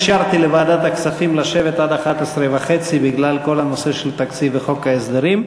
אישרתי לוועדת הכספים לשבת עד 11:30 בגלל התקציב וחוק ההסדרים.